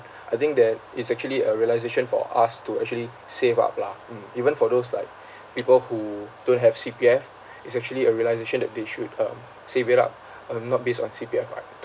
I think that it's actually a realisation for us to actually save up lah mm even for those like people who don't have C_P_F it's actually a realisation that they should um save it up uh not based on C_P_F right to